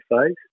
phase